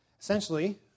Essentially